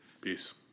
Peace